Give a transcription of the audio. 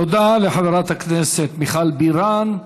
תודה לחברת הכנסת מיכל בירן.